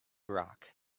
rock